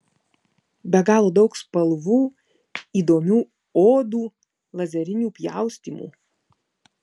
be galo daug spalvų įdomių odų lazerinių pjaustymų